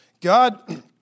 God